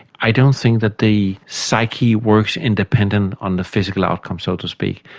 i don't think that the psyche works independent on the physical outcome, so to speak,